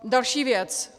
Další věc.